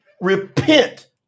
repent